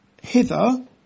hither